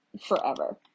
forever